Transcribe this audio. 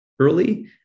early